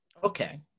Okay